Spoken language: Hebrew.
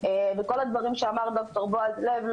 מכל הדברים שאמר ד"ר בועז לב,